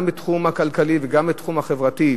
גם בתחום הכלכלי וגם בתחום החברתי,